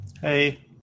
Hey